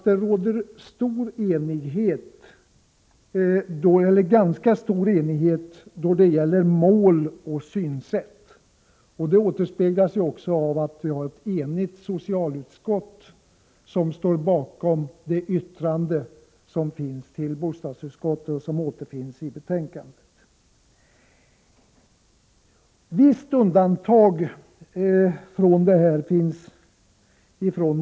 Det råder ganska stor enighet då det gäller mål och synsätt. Detta återspeglas också av att ett enigt socialutskott står bakom det yttrande som är fogat till bostadsutskottets betänkande. Moderaterna i bostadsutskottet utgör ett visst undantag från denna enhetlighet.